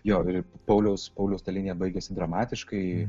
jo ir pauliaus pauliaus ta linija baigėsi dramatiškai